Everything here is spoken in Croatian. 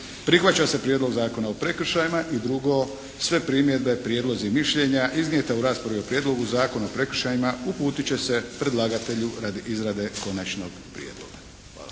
Prihvaća se Prijedlog zakona o prekršajima, I 2. Sve primjedbe, prijedlozi i mišljenja iznijeta u raspravi o Prijedlogu zakona o prekršajima uputit će se predlagatelju radi izrade konačnog prijedloga. Hvala.